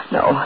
No